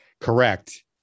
Correct